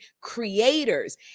creators